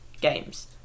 games